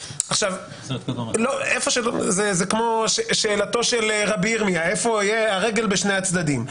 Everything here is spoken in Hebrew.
זה כמו שאלתו של רבי ירמיה, הרגל בשני הצדדים.